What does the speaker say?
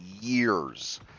years